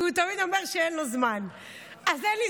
כי הוא תמיד אמר שאין לו זמן.